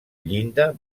llinda